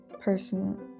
person